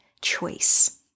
choice